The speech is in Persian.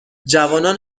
جوانان